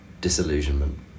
disillusionment